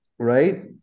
Right